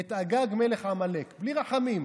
את אגג מלך עמלק בלי רחמים.